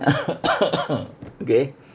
okay